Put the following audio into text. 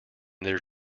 their